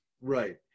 Right